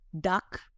duck